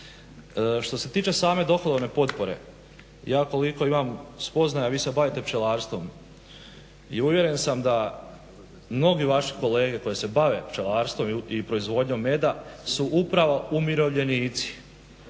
Što se tiče same dohodovne potpore ja koliko imam spoznaja vi se bavite pčelarstvom i uvjeren sam da mnogi vaše kolege koji se bave pčelarstvom i proizvodnjom meda su upravo umirovljenici